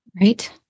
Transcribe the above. Right